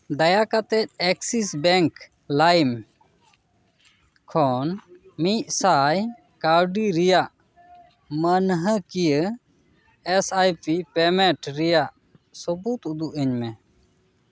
ᱫᱟᱭᱟ ᱠᱟᱛᱮᱫ Axis bank ᱞᱟᱭᱤᱢ ᱠᱷᱚᱱ ᱢᱤᱫ ᱥᱟᱭ ᱠᱟᱹᱣᱰᱤ ᱨᱮᱭᱟᱜ ᱢᱟᱹᱱᱦᱟᱹᱠᱤᱭᱟᱹ ᱮᱥ ᱟᱭ ᱯᱤ ᱯᱮᱢᱮᱱᱴ ᱨᱮᱭᱟᱜ ᱥᱟᱹᱵᱩᱫ ᱩᱫᱩᱜ ᱟᱹᱧᱢᱮ